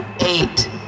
Eight